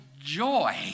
joy